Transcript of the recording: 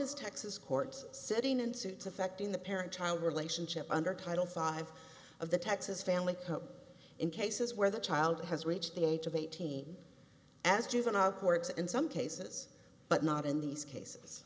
acknowledges texas courts sitting in suits affecting the parent child relationship under title five of the texas family in cases where the child has reached the age of eighteen as juvenile courts in some cases but not in these cases